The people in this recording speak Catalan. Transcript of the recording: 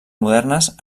modernes